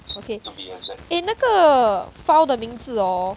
okay eh 那个 file 的名字 orh